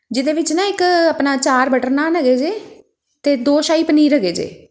ਜਿਹਦੇ ਵਿੱਚ ਨਾ ਇੱਕ ਆਪਣਾ ਚਾਰ ਬਟਰ ਨਾਨ ਹੈਗੇ ਜੇ ਅਤੇ ਦੋ ਸ਼ਾਹੀ ਪਨੀਰ ਹੈਗੇ ਜੇ